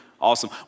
Awesome